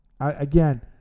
Again